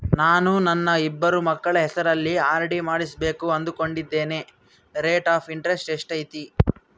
ನಾನು ನನ್ನ ಇಬ್ಬರು ಮಕ್ಕಳ ಹೆಸರಲ್ಲಿ ಆರ್.ಡಿ ಮಾಡಿಸಬೇಕು ಅನುಕೊಂಡಿನಿ ರೇಟ್ ಆಫ್ ಇಂಟರೆಸ್ಟ್ ಎಷ್ಟೈತಿ?